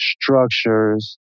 structures